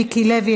מיקי לוי,